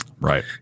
right